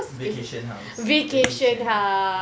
vacation house vacation